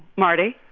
marty?